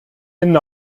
hände